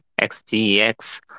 XGX